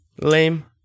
Lame